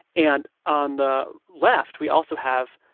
and on the left, we also have,